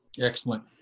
Excellent